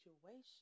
situation